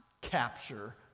capture